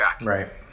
right